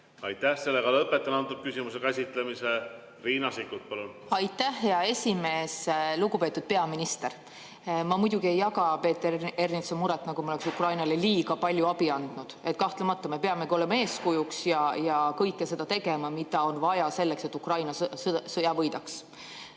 Aitäh! Lõpetan selle küsimuse käsitlemise. Riina Sikkut, palun! Aitäh, hea esimees! Lugupeetud peaminister! Ma muidugi ei jaga Peeter Ernitsa muret, nagu me oleks Ukrainale liiga palju abi andnud. Kahtlemata me peamegi olema eeskujuks ja tegema kõike seda, mida on vaja selleks, et Ukraina sõja võidaks. Aga